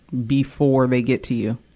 before they get to you.